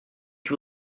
que